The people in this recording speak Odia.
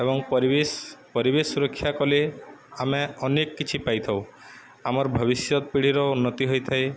ଏବଂ ପରିବେଶ ପରିବେଶ ସୁରକ୍ଷା କଲେ ଆମେ ଅନେକ କିଛି ପାଇଥାଉ ଆମର୍ ଭବିଷ୍ୟତ ପିଢ଼ିର ଉନ୍ନତି ହୋଇଥାଏ